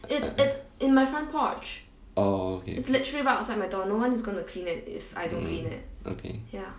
I I oh okay mm okay